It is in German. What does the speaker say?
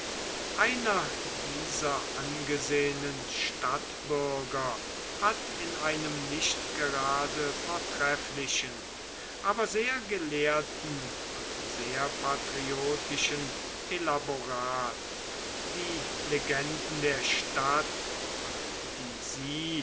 einer dieser angesehenen stadtbürger hat in einem nicht gerade vortrefflichen aber sehr gelehrten und sehr patriotischen elaborat die legenden der stadt und die sie